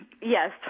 yes